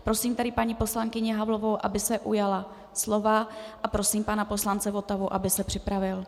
Prosím tedy paní poslankyni Havlovou, aby se ujala slova, a prosím pana poslance Votavu, aby se připravil.